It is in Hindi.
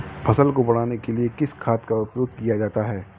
फसल को बढ़ाने के लिए किस खाद का प्रयोग किया जाता है?